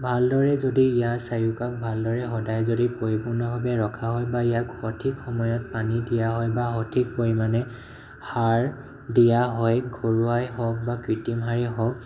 ভালদৰে যদি ইয়াৰ চাৰিওকাষ ভালদৰে সদায় যদি পৰিপূৰ্ণ ভাৱে ৰখা হয় বা ইয়াক সঠিক সময়ত পানী দিয়া হয় বা সঠিক পৰিমাণে সাৰ দিয়া হয় ঘৰুৱাই হওঁক বা কৃত্ৰিম সাৰেই হওঁক